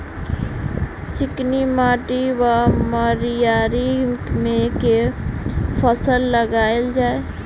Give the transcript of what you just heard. चिकनी माटि वा मटीयारी मे केँ फसल लगाएल जाए?